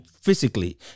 physically